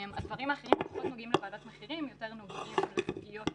הדברים האחרים פחות נוגעים לוועדת מחירים ויותר נוגעים לסוגיות